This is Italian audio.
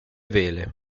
vele